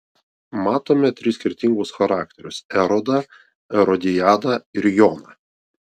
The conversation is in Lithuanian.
matome tris skirtingus charakterius erodą erodiadą ir joną